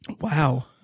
Wow